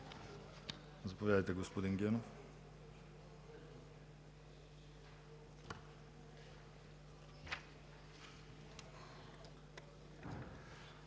Заповядайте, господин Генов.